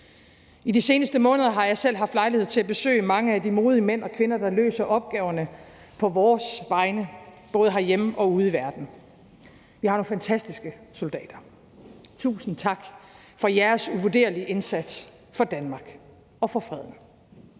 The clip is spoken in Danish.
I de seneste måneder har jeg selv haft lejlighed til at besøge mange af de modige mænd og kvinder, der løser opgaverne på vores vegne, både herhjemme og ude i verden. Vi har nogle fantastiske soldater. Tusind tak for jeres uvurderlige indsats for Danmark og for freden.